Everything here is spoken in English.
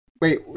Wait